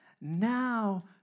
Now